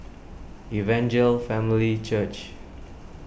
Evangel Family Church